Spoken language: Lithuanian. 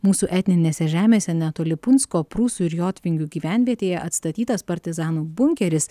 mūsų etninėse žemėse netoli punsko prūsų ir jotvingių gyvenvietėje atstatytas partizanų bunkeris